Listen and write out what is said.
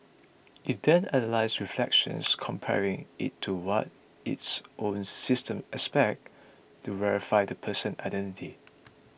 it then analyses reflections comparing it to what its own system expects to verify the person identity